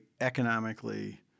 economically